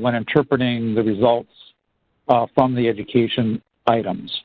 when interpreting the results from the education items.